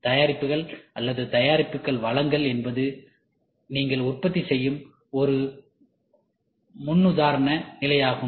தயாரிப்புகள் அல்லது தயாரிப்புகள் வழங்கல் என்பது நீங்கள் உற்பத்தி செய்யும் ஒரு முன்னுதாரண நிலையாகும்